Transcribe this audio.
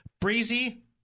Breezy